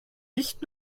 nicht